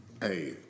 Hey